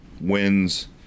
wins